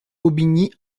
aubigny